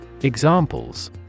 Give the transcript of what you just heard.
Examples